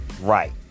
Right